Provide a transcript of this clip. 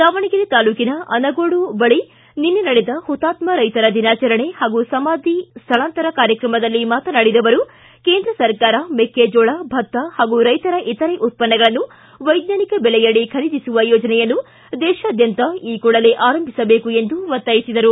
ದಾವಣಗೆರೆ ತಾಲೂಕಿನ ಆನಗೋಡು ಬಳಿ ನಿನ್ನೆ ನಡೆದ ಮತಾತ್ಮ ರೈತರ ದಿನಾಚರಣೆ ಮತ್ತು ಸಮಾದಿ ಸ್ವಳಾಂತರ ಕಾರ್ಯಕ್ರಮದಲ್ಲಿ ಮಾತನಾಡಿದ ಅವರು ಕೇಂದ್ರ ಸರ್ಕಾರ ಮೆಕ್ಟೆಜೋಳ ಭತ್ತ ಹಾಗೂ ರೈತರ ಇತರೆ ಉತ್ತನ್ನಗಳನ್ನು ವೈಜ್ಞಾನಿಕ ಬೆಲೆಯಡಿ ಖರಿದೀಸುವ ಯೋಜನೆಯನ್ನು ದೇಶಾದ್ವಂತ ಕೂಡಲೇ ಆರಂಭಿಸಬೇಕೆಂದು ಒತ್ತಾಯಿಸಿದರು